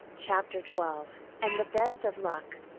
chapter twelve and the best of luck!